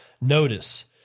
Notice